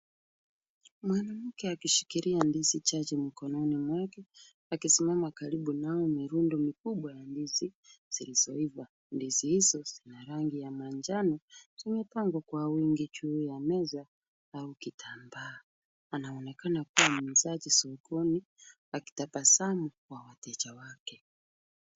Mwanake akishikilia ndizi chache mkononi mwake, akisimama karibu nao mirundo mikubwa ya ndizi zilizoiva. Ndizi hizo zina rangi ya manjano, zimepangwa kwa wingi juu ya meza au kitambaa. Anaonekana kuwa ni muuzaji sokoni, akitabasamu kwa wateja wake.